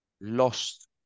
lost